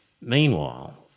Meanwhile